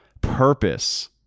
purpose